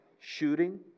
shooting